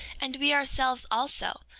and we, ourselves, also,